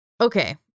Okay